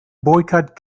boycott